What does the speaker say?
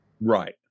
Right